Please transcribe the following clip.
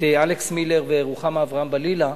את אלכס מילר ורוחמה אברהם-בלילא.